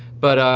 but